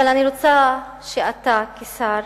אבל אני רוצה שאתה, כשר,